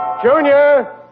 Junior